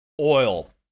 Oil